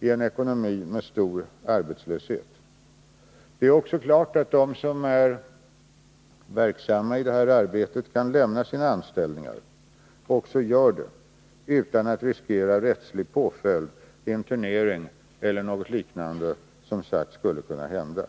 i en ekonomi med stor arbetslöshet. Det är också klart att den som är verksam i det här arbetet kan lämna sin anställning — och också gör det — utan att riskera rättslig påföljd, internering eller liknande som sagts skulle kunna hända.